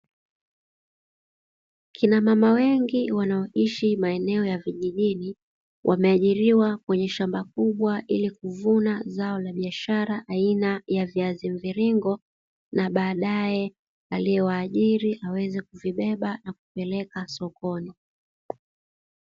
Kina mama wengi wanaoishi maeneo ya vijijini, wameajiriwa kwenye shamba kubwa la kuvuna mazao ya biashara aina ya viazi mviringo na baadaye aliye waajiri kuvibeba na kupeleka sokoni.